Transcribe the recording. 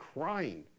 crying